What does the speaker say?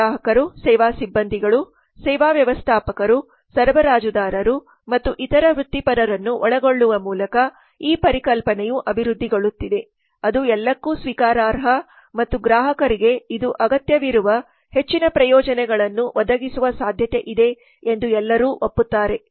ಗ್ರಾಹಕರು ಸೇವಾ ಸಿಬ್ಬಂದಿಗಳು ಸೇವಾ ವ್ಯವಸ್ಥಾಪಕರು ಸರಬರಾಜುದಾರರು ಮತ್ತು ಇತರ ವೃತ್ತಿಪರರನ್ನು ಒಳಗೊಳ್ಳುವ ಮೂಲಕ ಈ ಪರಿಕಲ್ಪನೆಯು ಅಭಿವೃದ್ಧಿಗೊಳ್ಳುತ್ತಿದೆ ಅದು ಎಲ್ಲಕ್ಕೂ ಸ್ವೀಕಾರಾರ್ಹ ಮತ್ತು ಗ್ರಾಹಕರಿಗೆ ಇದು ಅಗತ್ಯವಿರುವ ಹೆಚ್ಚಿನ ಪ್ರಯೋಜನಗಳನ್ನು ಒದಗಿಸುವ ಸಾಧ್ಯತೆಯಿದೆ ಎಂದು ಎಲ್ಲರೂ ಒಪ್ಪುತ್ತಾರೆ